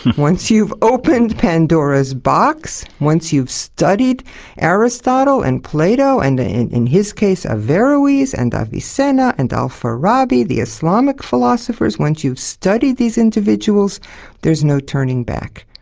once you've opened pandora's box, once you've studied aristotle and plato and, in in his case, averroes and avicenna and al-farabi, the islamic philosophers, once you've studied these individuals there's no turning back.